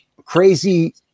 crazy